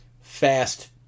Fast